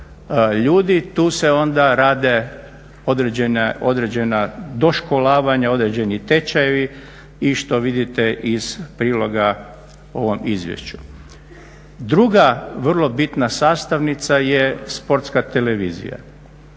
ljudi tu se onda rade određena doškolavanja, određeni tečajevi i što vidite iz priloga o ovom izvješću. Druga vrlo bitna sastavnica je sportska televizija.